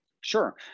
Sure